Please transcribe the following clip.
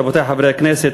רבותי חברי הכנסת,